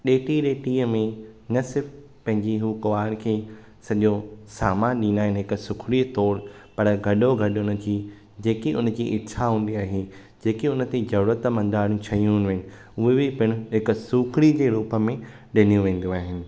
ॾेती लेतीअ में न सिर्फ़ु पंहिंजी हूअ कुंआर खे सॼो सामान ॾीन्दा आहिनि हिकु सूखड़ी तौर पर गॾो गॾु हुनजी जेकी उनजी इच्छा हूंदी आहे जेके उनजी ज़रूरत मदारु शयूं आहिनि उहे बि पिणु हिकु सूखड़ी जे रूप में डि॒नियूं वेंदियूं आहिनि